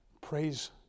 Praise